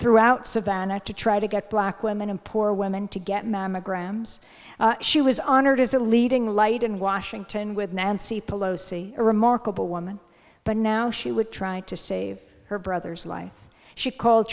throughout savannah to try to get black women and poor women to get mammograms she was honored as a leading light in washington with nancy pelosi a remarkable woman but now she would try to save her brother's life she call